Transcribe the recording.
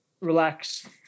relax